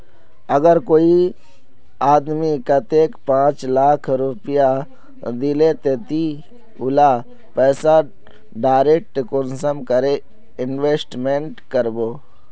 अगर कोई आदमी कतेक पाँच लाख रुपया दिले ते ती उला पैसा डायरक कुंसम करे इन्वेस्टमेंट करबो?